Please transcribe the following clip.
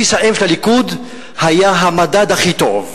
בסיס האם של הליכוד היה המדד הכי טוב.